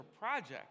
project